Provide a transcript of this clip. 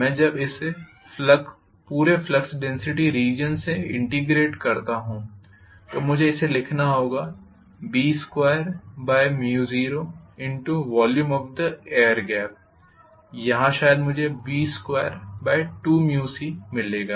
मैं जब इसे पूरे फ्लक्स डेन्सिटी रीजन से इंटेग्रेट करता हूँ तो मुझे इसे ऐसे लिखना होगा B20Volume of the air gap यहां शायद मुझे B22c मिलेगा